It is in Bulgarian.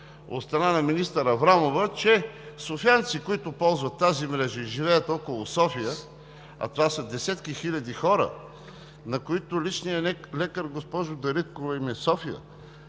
от страна на министър Аврамова, че софиянци, които ползват тази мрежа и живеят около София – а това са десетки хиляди хора, на които личният лекар, госпожо Дариткова, им е в София,